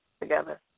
together